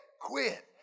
quit